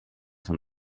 von